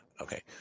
Okay